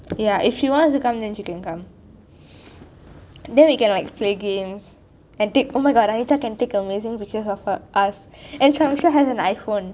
ya if she wants to come then she can come then we can like play games and take omg vanitha can take amazing pictures of us and samyuksha has an iphone